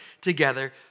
together